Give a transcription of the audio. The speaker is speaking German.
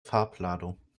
farbladung